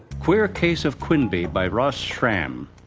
queer case of quinby by ross schram.